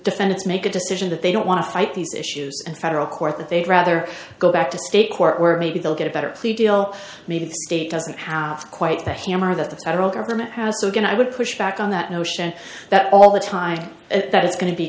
defend it's make a decision that they don't want to fight these issues and federal court that they'd rather go back to state court where maybe they'll get a better plea deal maybe the state doesn't have quite the hammer that the federal government has so again i would push back on that notion that all the time that it's going to be